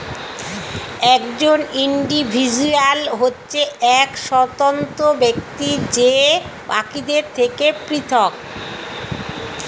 একজন ইন্ডিভিজুয়াল হচ্ছে এক স্বতন্ত্র ব্যক্তি যে বাকিদের থেকে পৃথক